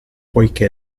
poiché